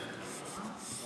אני,